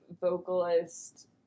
vocalist